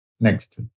Next